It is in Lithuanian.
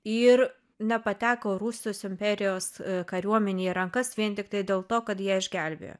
ir nepateko rusijos imperijos kariuomenei į rankas vien tiktai dėl to kad ją išgelbėjo